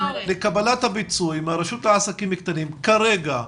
קבלת הפיצוי מהרשות לעסקים קטנים כרגע,